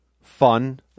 fun